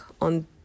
on